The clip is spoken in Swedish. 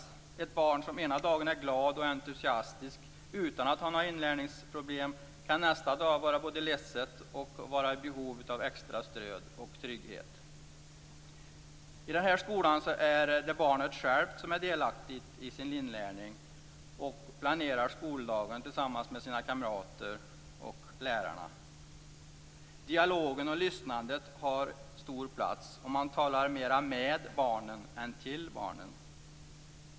En pojke eller flicka som ena dagen är glad och entusiastisk och inte har några inlärningsproblem kan nästa dag vara både ledsen och i behov av extra stöd och trygghet. I denna skola är barnet självt delaktigt i sin inlärning och planerar skoldagen tillsammans med sina kamrater och lärarna. Dialogen och lyssnandet har stor plats, och man talar mer med barnen än till dem.